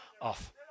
off